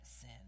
sin